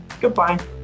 goodbye